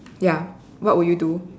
ya what would you do